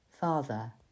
Father